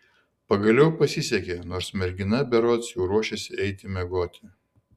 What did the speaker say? pagaliau pasisekė nors mergina berods jau ruošėsi eiti miegoti